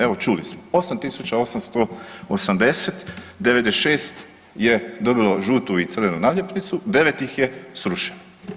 Evo čuli smo 8.880, 96 je dobilo žutu i crvenu naljepnicu, 9 ih je srušeno.